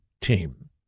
team